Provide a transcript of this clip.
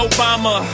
Obama